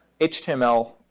HTML